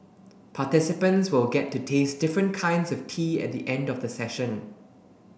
participants will get to taste different kinds of tea at the end of the session